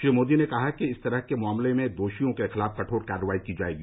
श्री मोदी ने कहा कि इस तरह के मामलों में दोषियों के खिलाफ कठोर कार्रवाई की जाएगी